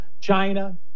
China